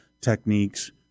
techniques